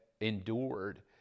endured